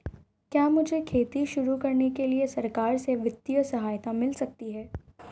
क्या मुझे खेती शुरू करने के लिए सरकार से वित्तीय सहायता मिल सकती है?